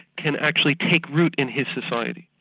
can actually take root in his society.